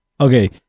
Okay